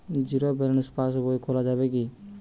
Zero balance pass বই খোলা যাবে কি?